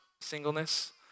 singleness